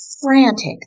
Frantic